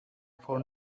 for